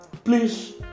Please